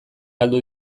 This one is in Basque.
galdu